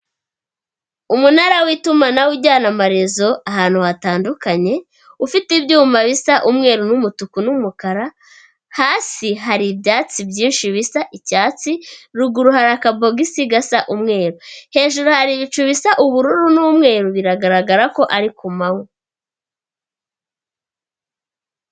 Umunara w'itumanaho ujyana amarezo ahantu hatandukanye, ufite ibyuma bisa umweru n'umutuku n'umukara, hasi hari ibyatsi byinshi bisa icyatsi, ruguru hari akabogisi gasa umweru. Hejuru hari ibicu bisa ubururu n'umweru biragaragara ko ari ku manywa.